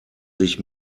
sich